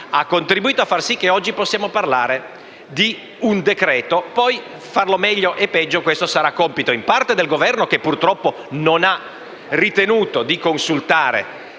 ha contribuito a far sì che oggi possiamo parlare di un decreto. Modificarlo in meglio o in peggio sarà poi compito, in parte, del Governo che, purtroppo, non ha ritenuto di consultare